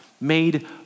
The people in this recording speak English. made